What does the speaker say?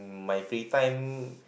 my free time